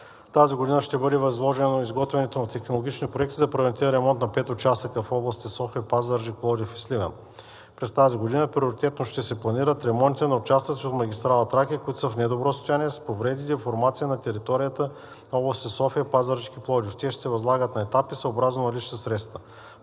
Тази година ще бъде възложено изготвянето на технологични проекти за превантивен ремонт на пет участъка в области София, Пазарджик, Пловдив и Сливен. През тази година приоритетно ще се планират ремонтите на участъци от автомагистрала „Тракия“, които са в недобро състояние, с повреди и деформации, на територията на области София, Пазарджик и Пловдив. Те ще се възлагат на етапи съобразно наличните средства.